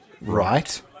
Right